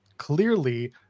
Clearly